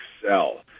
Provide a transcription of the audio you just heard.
excel